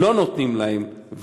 לא נותנים להם.